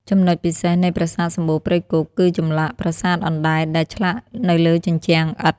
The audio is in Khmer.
ចំណុចពិសេសនៃប្រាសាទសំបូរព្រៃគុក គឺចម្លាក់ "ប្រាសាទអណ្តែត" ដែលឆ្លាក់នៅលើជញ្ជាំងឥដ្ឋ។